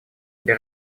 для